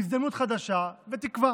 הזדמנות חדשה ותקווה.